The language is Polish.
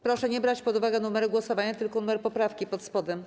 Proszę nie brać pod uwagę numeru głosowania, tylko numer poprawki pod spodem.